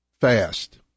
fast